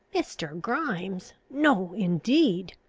mr. grimes! no, indeed!